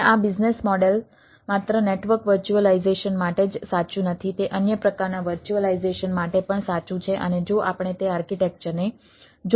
અને આ business model માત્ર નેટવર્ક વર્ચ્યુઅલાઈઝેશન માટે જ સાચું નથી તે અન્ય પ્રકારના વર્ચ્યુઅલાઈઝેશન માટે પણ સાચું છે અને જો આપણે તે આર્કિટેક્ચરને જોઈએ